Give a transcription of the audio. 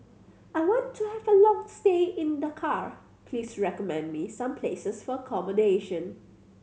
I want to have a long stay in Dakar please recommend me some places for accommodation